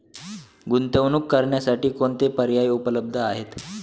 गुंतवणूक करण्यासाठी कोणते पर्याय उपलब्ध आहेत?